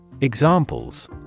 Examples